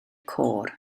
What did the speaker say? côr